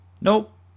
nope